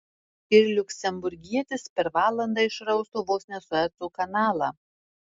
ir liuksemburgietis per valandą išraustų vos ne sueco kanalą